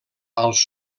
als